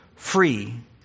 free